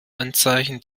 anzeichen